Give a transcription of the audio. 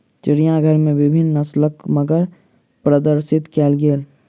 चिड़ियाघर में विभिन्न नस्लक मगर प्रदर्शित कयल गेल